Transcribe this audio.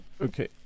okay